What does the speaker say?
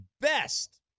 best